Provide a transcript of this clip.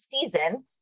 season